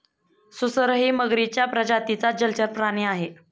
सुसरही मगरीच्या प्रजातीचा जलचर प्राणी आहे